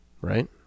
right